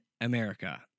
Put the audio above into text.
America